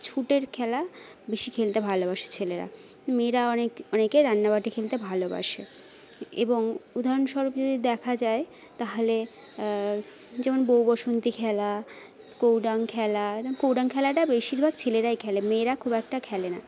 ছুটের খেলা বেশি খেলতে ভালোবাসে ছেলেরা মেয়েরা অনেকে অনেকে রান্নাবাটি খেলতে ভালোবাসে এবং উদাহরণস্বরূপ যদি দেখা যায় তাহলে যেমন বউ বসন্তী খেলা কৌ ডাং খেলা যেমন কৌ ডাং খেলাটা বেশিরভাগ ছেলেরাই খেলে মেয়েরা খুব একটা খেলে না